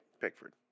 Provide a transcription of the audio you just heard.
Pickford